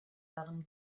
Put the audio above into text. waren